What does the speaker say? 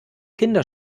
kinder